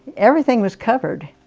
everything was covered.